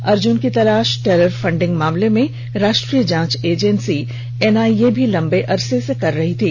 अर्जुन की तलाश terror funding मामले में राष्ट्रीय जांच एजेंसी एनआईए भी लंबे अरसे से कर रही थी